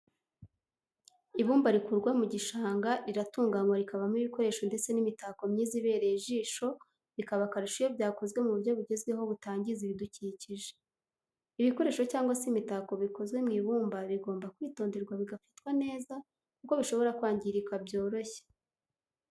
Ibumba rikurwa mu gishanga riratunganywa rikavamo ibikoresho ndetse n'imitako myiza ibereye ijisho bikaba akarusho iyo byakozwe mu buryo bugezweho butangiza ibidukikije. ibikoresho cyangwa se imitako bikozwe mu ibumba bigomba kwitonderwa bigafatwa neza kuko bishobora kwangirika byoroshye.